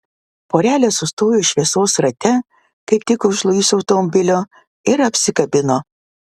porelė sustojo šviesos rate kaip tik už luiso automobilio ir apsikabino